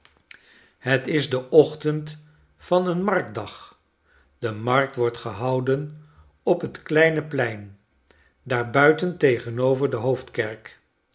het is de ochtend van een marktdag de markt wordt gehouden op het kleine plein daar buiten tegenover de hoofdkerk